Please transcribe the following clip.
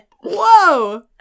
whoa